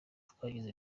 twagize